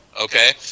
okay